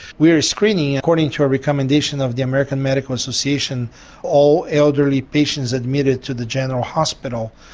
we are screening according to a recommendation of the american medical association all elderly patients admitted to the general hospital,